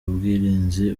ubwirinzi